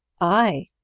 I